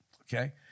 okay